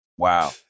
Wow